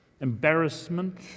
embarrassment